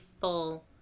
full